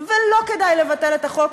ולא כדאי לבטל את החוק,